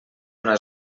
una